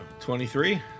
23